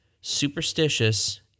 superstitious